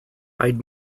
i’d